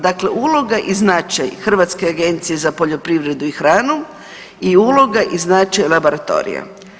Dakle uloga i značaj Hrvatske agencije za poljoprivredu i hranu i uloga i značaj laboratorija.